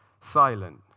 silent